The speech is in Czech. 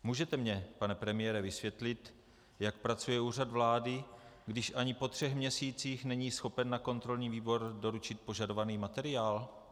Můžete mně, pane premiére, vysvětlit, jak pracuje Úřad vlády, když ani po třech měsících není schopen na kontrolní výbor doručit požadovaný materiál?